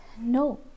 no